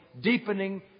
deepening